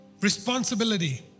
Responsibility